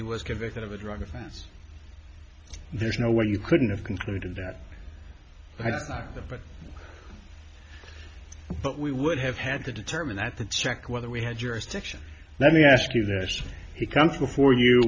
he was convicted of a drug offense there's no way you couldn't have concluded that i think that but we would have had to determine that the check whether we had jurisdiction let me ask you this he comes before you